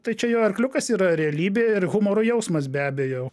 tai čia jo arkliukas yra realybė ir humoro jausmas be abejo